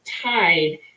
tied